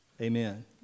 Amen